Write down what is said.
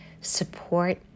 support